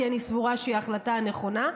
כי אני סבורה שהיא ההחלטה הנכונה.